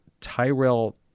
Tyrell